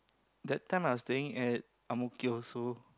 that time I was staying at ang-mo-kio so